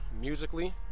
musically